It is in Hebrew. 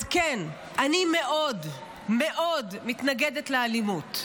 אז כן, אני מאוד מאוד מתנגדת לאלימות,